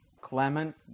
Clement